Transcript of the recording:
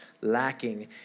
lacking